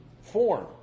form